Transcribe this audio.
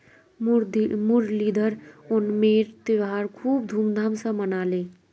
मुरलीधर ओणमेर त्योहार खूब धूमधाम स मनाले